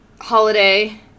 holiday